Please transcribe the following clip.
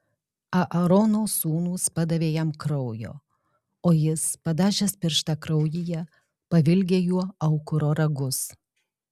aarono sūnūs padavė jam kraujo o jis padažęs pirštą kraujyje pavilgė juo aukuro ragus